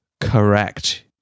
correct